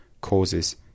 causes